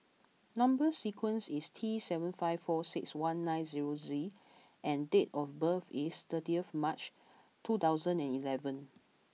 number sequence is T seven five four six one nine zero Z and date of birth is thirtieth March two thousand and eleven